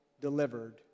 delivered